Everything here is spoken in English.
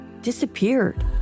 disappeared